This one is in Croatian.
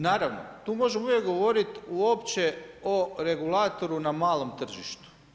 Naravno tu možemo uvijek govoriti uopće o regulatoru na malom tržištu.